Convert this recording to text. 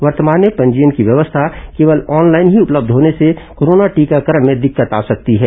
वर्तमान में पंजीयन की व्यवस्था केवल ऑनलाइन ही उपलब्य होने से कोरोना टीकाकरण में दिक्कत आ सकती है